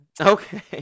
Okay